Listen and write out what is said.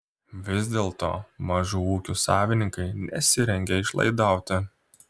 vis dėlto mažų ūkių savininkai nesirengia išlaidauti